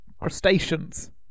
crustaceans